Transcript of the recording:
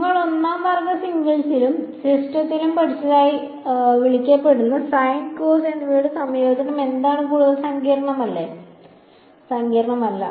നിങ്ങൾ ഒന്നാം വർഷ സിംഗിൾസിലും സിസ്റ്റങ്ങളിലും പഠിച്ചതായി വിളിക്കപ്പെടുന്ന സൈൻ കോസ് എന്നിവയുടെ സംയോജനം എന്താണെന്ന് കൂടുതൽ സങ്കീർണ്ണമല്ല